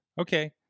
Okay